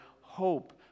hope